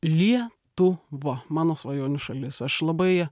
lie tuva mano svajonių šalis aš labai